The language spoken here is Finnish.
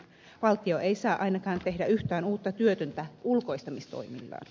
valtio ei saa ainakaan tehdä yhtään uutta työtöntä ulkoistamistoimillaan